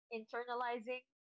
internalizing